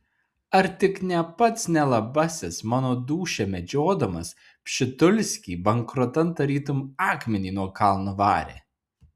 ar tik ne pats nelabasis mano dūšią medžiodamas pšitulskį bankrotan tarytum akmenį nuo kalno varė